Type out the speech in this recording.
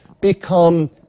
become